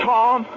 Tom